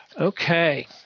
Okay